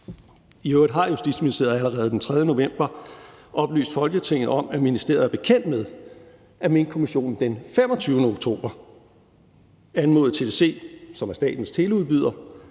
I øvrigt har Justitsministeriet allerede den 3. november oplyst Folketinget om, at ministeriet er bekendt med, at Minkkommissionen den 25. oktober anmodede TDC, som er statens teleudbyder,